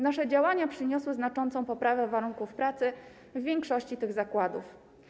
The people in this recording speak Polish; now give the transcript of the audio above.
Nasze działania przyniosły znaczącą poprawę warunków pracy w większości tych zakładów.